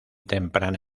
temprana